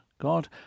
God